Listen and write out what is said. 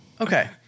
Okay